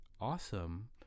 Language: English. awesome